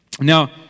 Now